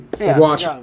watch